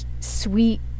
sweet